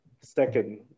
second